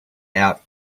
out